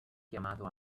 chiamato